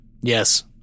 Yes